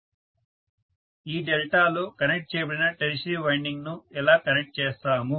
student ఈ డెల్టాలో connect చేయబడిన టెర్షియరీ వైండింగ్ను ఎలా కనెక్ట్ చేస్తాము